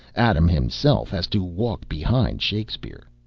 adam himself has to walk behind shakespeare.